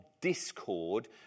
discord